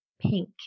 pink